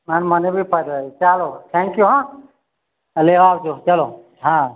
અન મને બી ફાયદો થાય ચાલો થેન્કયૂ હો લેવા આવજો ચલો હા